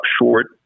short